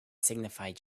signified